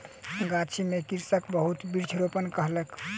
गाछी में कृषक बहुत वृक्ष रोपण कयलक